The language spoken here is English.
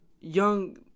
young